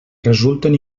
resulten